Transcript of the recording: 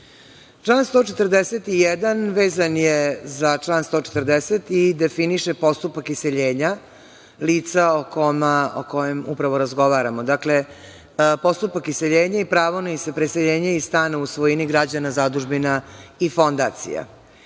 Član 141. vezan je za član 140 i definiše postupak iseljenja lica o kojem upravo razgovaramo, dakle, postupak iseljenja i pravo preseljenja iz stana u svojini građana, zadužbina i fondacija.